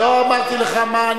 לא אמרתי לך מה.